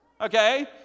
Okay